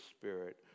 spirit